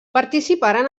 participaren